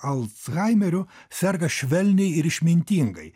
alzhaimeriu serga švelniai ir išmintingai